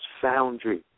Foundry